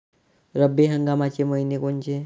रब्बी हंगामाचे मइने कोनचे?